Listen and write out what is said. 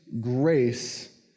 grace